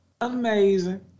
Amazing